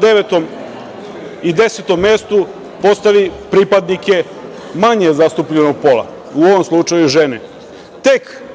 devetom i desetom mestu postavi pripadnike manje zastupljenog pola, u ovom slučaju žene. Tek